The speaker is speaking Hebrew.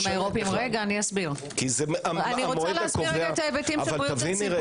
האירופאים אני רוצה להסביר את ההיבטים של בריאות הציבור.